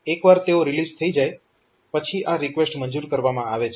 એક વાર તેઓ રીલીઝ થઈ જાય પછી આ રિકવેસ્ટ મંજૂર કરવામાં આવે છે